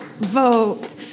vote